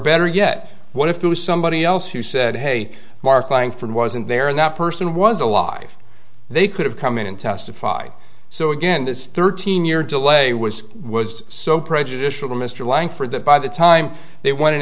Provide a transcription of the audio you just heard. better yet what if there was somebody else who said hey mark langford wasn't there and that person was alive they could have come in and testify so again this thirteen year delay was was so prejudicial mr langford that by the time they want